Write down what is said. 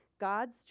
God's